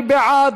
מי בעד?